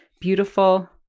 beautiful